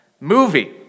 movie